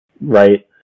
right